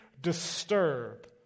disturb